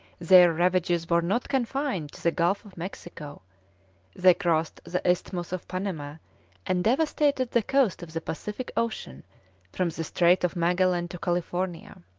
their ravages were not confined to the gulf of mexico they crossed the isthmus of panama and devastated the coast of the pacific ocean from the strait of magellan to california.